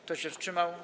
Kto się wstrzymał?